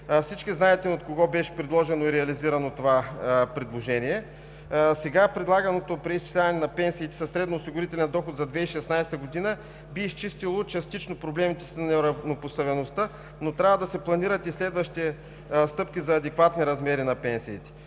Всички знаете от кого беше предложено и реализирано това предложение. Сега предлаганото преизчисляване на пенсиите със средноосигурителен доход за 2016 г. би изчистило частично проблемите с неравнопоставеността, но трябва да се планират и следващи стъпки за адекватни размери на пенсиите.